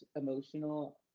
emotional